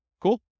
Cool